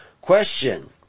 Question